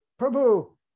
Prabhu